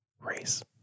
...race